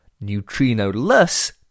neutrino-less